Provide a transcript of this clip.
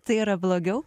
tai yra blogiau